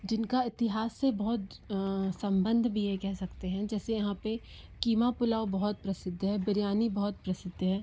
जिनका इतिहास से बहुत संबंध भी है ये कह सकते हैं जैसे यहाँ पर क़ीमा पुलाव बहुत प्रसिद्ध है बिरयानी बहुत प्रसिद्ध है